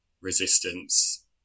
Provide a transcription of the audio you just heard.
resistance